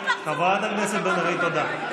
חברת הכנסת בן ארי, תודה.